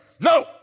No